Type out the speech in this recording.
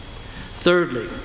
Thirdly